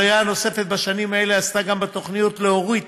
עלייה נוספת בשנים האלה נעשתה גם בתוכניות להורות